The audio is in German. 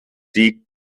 die